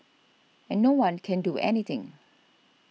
and no one can do anything